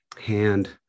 hand